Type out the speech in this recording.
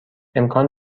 امکان